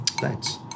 Thanks